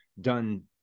done